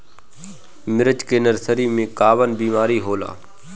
मिर्च के नर्सरी मे कवन बीमारी होला?